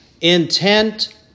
intent